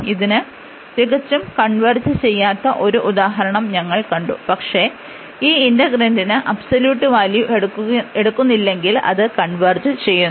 ഇതിനു തികച്ചും കൺവെർജ് ചെയ്യാത്ത ഒരു ഉദാഹരണം ഞങ്ങൾ കണ്ടു പക്ഷേ ഈ ഇന്റഗ്രന്റിനു അബ്സോല്യൂട്ട് വാല്യൂ എടുക്കുന്നില്ലെങ്കിൽ അത് കൺവെർജ് ചെയുന്നു